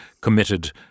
committed